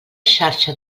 xarxa